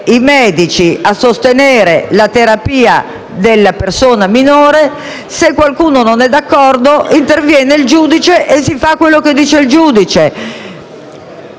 i medici nel sostenere la terapia della persona minore, se qualcuno non è d'accordo interviene il giudice e si fa ciò che dice il giudice.